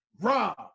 Rob